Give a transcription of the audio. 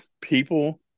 people